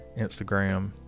instagram